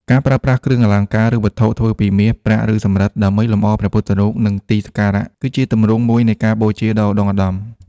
ការប្រើប្រាស់គ្រឿងអលង្ការ ឬវត្ថុធ្វើពីមាស ប្រាក់ ឬសំរឹទ្ធ ដើម្បីលម្អព្រះពុទ្ធរូប និងទីសក្ការៈ គឺជាទម្រង់មួយនៃការបូជាដ៏ឧត្តុង្គឧត្តម។